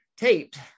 Taped